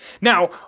Now